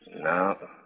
No